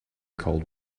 cold